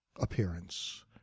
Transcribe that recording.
appearance